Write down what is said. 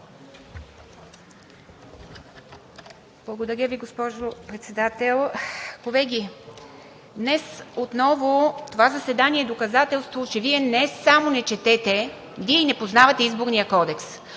Благодаря Ви, госпожо Председател. Колеги, днес отново това заседание е доказателство, че Вие не само не четете, Вие не познавате Изборния кодекс.